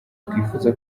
twifuza